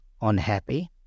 unhappy